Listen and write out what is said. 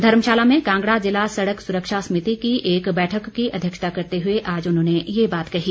धर्मशाला में कांगड़ा जिला सड़क सुरक्षा समिति की एक बैठक की अध्यक्षता करते हुए आज उन्होंने ये बात कही